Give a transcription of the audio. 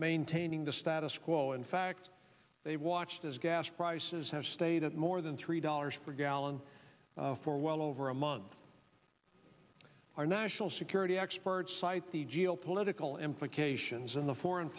maintaining the status quo in fact they watched as gas prices have stayed up more than three dollars per gallon for well over a month our national security experts cite the geopolitical and cations in the foreign